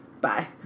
Bye